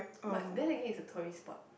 but then again it's a tourist spot